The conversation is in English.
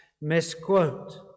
misquote